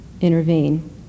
intervene